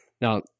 Now